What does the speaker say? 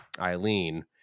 Eileen